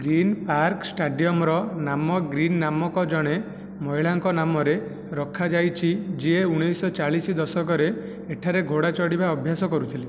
green Park ଷ୍ଟାଡ଼ିୟମ୍ର ନାମ Green ନାମକ ଜଣେ ମହିଳାଙ୍କ ନାମରେ ରଖାଯାଇଛି ଯିଏ ଉଣେଇଶ ଶହ ଚାଳିଶ ଦଶକରେ ଏଠାରେ ଘୋଡ଼ା ଚଢ଼ିବା ଅଭ୍ୟାସ କରୁଥିଲେ